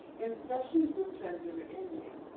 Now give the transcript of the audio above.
in sessions with transgender inmates,